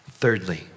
Thirdly